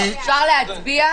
אפשר להצביע?